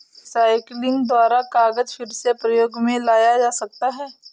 recycling द्वारा कागज फिर से प्रयोग मे लाया जा सकता है